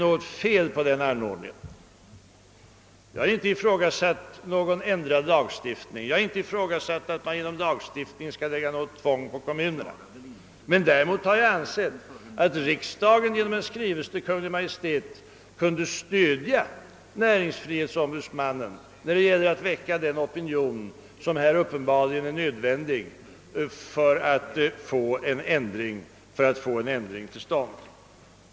Jag har inte ifrågasatt någon ändrad lagstiftning eller att man genom lagstiftning skall lägga något tvång på kommunerna. Däremot har jag ansett att riksdagen genom skrivelse till Kungl. Maj:t kunde stödja näringsfrihetsombudsmannen, när det gäller att väcka den opinion som uppenbarligen är nödvändig för att få en ändring till stånd.